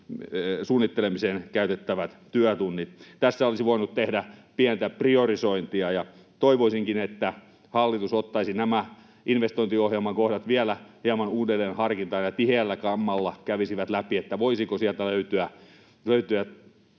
suunnittelemiseen käytettävät työtunnit. Tässä olisi voinut tehdä pientä priorisointia. Toivoisinkin, että hallitus ottaisi nämä investointiohjelman kohdat vielä hieman uudelleen harkintaan ja tiheällä kammalla kävisi läpi, voisiko sieltä löytyä